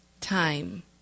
time